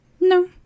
No